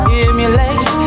emulate